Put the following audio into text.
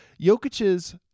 Jokic's